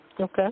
Okay